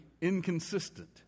inconsistent